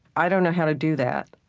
i don't know how to do that.